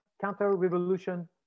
counter-revolution